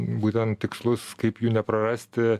būtent tikslus kaip jų neprarasti